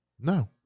No